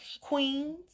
queens